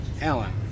Alan